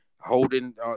holding